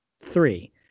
Three